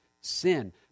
sin